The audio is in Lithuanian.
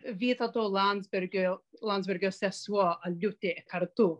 vytauto landsbergio landsbergio sesuo aldiutė kartu